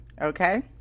Okay